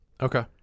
Okay